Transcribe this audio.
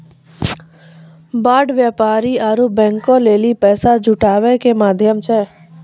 bond व्यापारी आरु बैंको लेली पैसा जुटाबै के माध्यम छै